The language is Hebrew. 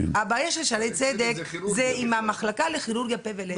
הבעיה של שערי צדק היא עם המחלקה לכירורגיה פה ולסת.